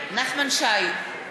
נחמן שי,